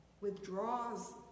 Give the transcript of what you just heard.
withdraws